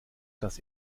dass